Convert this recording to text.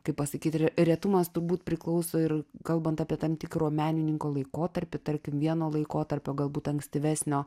kaip pasakyt re retumas turbūt priklauso ir kalbant apie tam tikro menininko laikotarpį tarkim vieno laikotarpio galbūt ankstyvesnio